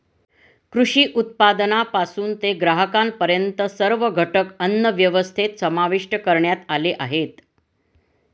कृषी उत्पादनापासून ते ग्राहकांपर्यंत सर्व घटक अन्नव्यवस्थेत समाविष्ट करण्यात आले आहेत